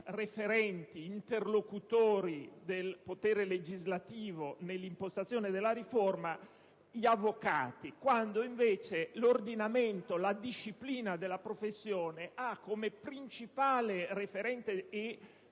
come unici interlocutori del potere legislativo nell'impostazione della riforma gli avvocati, quando invece la disciplina della professione ha come principale referente,